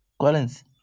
Collins